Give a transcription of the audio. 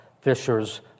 fishers